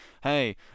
Hey